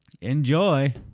Enjoy